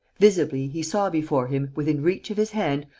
visibly, he saw before him, within reach of his hand,